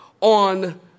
on